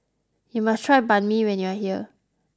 you must try Banh Mi when you are here